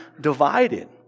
divided